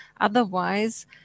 Otherwise